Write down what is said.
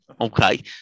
okay